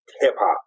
hip-hop